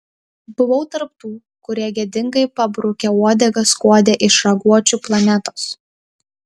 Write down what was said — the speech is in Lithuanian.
buvau tarp tų kurie gėdingai pabrukę uodegas skuodė iš raguočių planetos